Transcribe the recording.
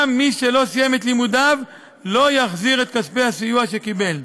גם מי שלא סיים את לימודיו לא יחזיר את כספי הסיוע שקיבל.